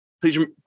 please